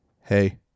hey